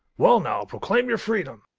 well, now, proclaim your freedom!